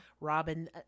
Robin